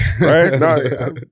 Right